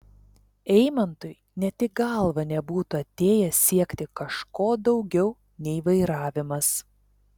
eimantui net į galvą nebūtų atėję siekti kažko daugiau nei vairavimas